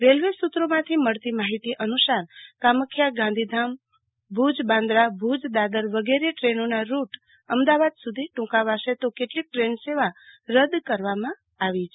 railway સુત્રોમાંથી મળતી માફિતી અનુસાર કામખ્યા ગાંધીધામ ભુજબાંદ્રા ભુજ દાદર વગેરે ટ્રેનોનાં રૂટ અમદાવાદ સુધી ટુંકાવાશે તો કેટલીક ટ્રેન સેવા રદ કરવામાં આવી છે